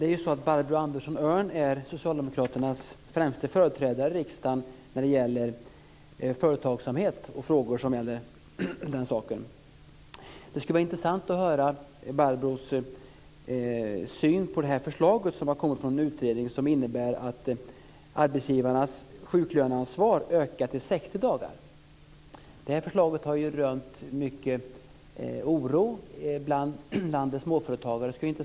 Fru talman! Barbro Andersson Öhrn är socialdemokraternas främsta företrädare i riksdagen när det gäller företagsamhet och sådana frågor. Det skulle vara intressant att höra vad Barbro Andersson Öhrn har för syn på det förslag som har kommit från en utredning. Det innebär att arbetsgivarnas sjuklöneansvar ökar till 60 dagar. Förslaget har rönt mycket oro bland landets småföretagare.